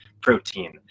protein